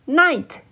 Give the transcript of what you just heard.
night